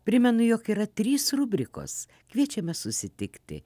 primenu jog yra trys rubrikos kviečiame susitikti